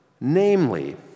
namely